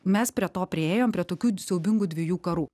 mes prie to priėjom prie tokių siaubingų dviejų karų